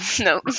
no